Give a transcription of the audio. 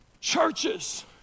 churches